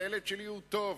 הילד שלי הוא טוב.